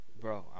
Bro